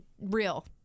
Real